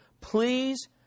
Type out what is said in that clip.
please